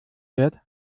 fährt